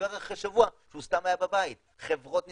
שבערך שבוע שהוא סתם היה בבית חברות נסגרות.